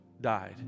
died